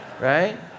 Right